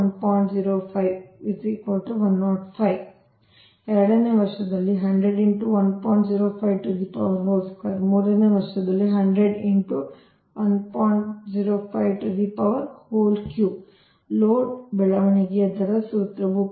05 105 ಎರಡನೇ ವರ್ಷದಲ್ಲಿ ಮೂರನೇ ವರ್ಷದಲ್ಲಿ ಲೋಡ್ ಬೆಳವಣಿಗೆ ದರ ಸೂತ್ರವು